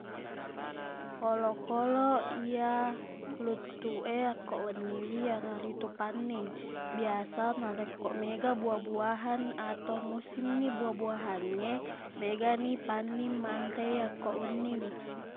Olokkoloq iya luttuq e akko wenniwi iyanaritu panning biasa narekko maega bua-buahan atau musimni bua-buahangnge megani panning manre yako wenniwi